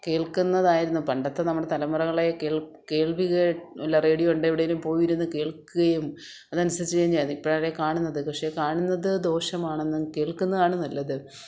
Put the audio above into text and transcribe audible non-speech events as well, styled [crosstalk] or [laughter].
കേൾക്കുന്നതായിരുന്നു പണ്ടത്തെ നമ്മുടെ തലമുറകളെ കേൾ കേൾവികേ [unintelligible] ല്ല റേഡിയോ കൊണ്ടെവിടേലും പോയിരുന്ന് കേൾക്കുകയും അതനുസരിച്ച് കഴിഞ്ഞാല്മതി ഇപ്പോഴല്ലേ കാണുന്നത് പക്ഷെ കാണുന്നത് ദോഷമാണെന്നും കേൾക്കുന്നതാണ് നല്ലത്